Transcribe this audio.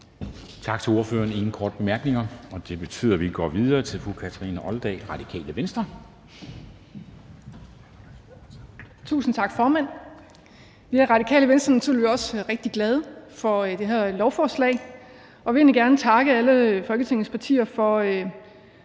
til ordføreren. Der er ingen korte bemærkninger, og det betyder, at vi går videre til fru Kathrine Olldag, Radikale Venstre. Kl. 13:10 (Ordfører) Kathrine Olldag (RV): Tusind tak, formand. Vi er i Radikale Venstre naturligvis også rigtig glade for det her lovforslag, og vi vil egentlig gerne takke alle Folketingets partier for